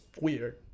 weird